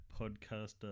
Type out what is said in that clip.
Podcaster